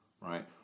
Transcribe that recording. Right